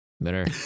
better